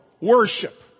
worship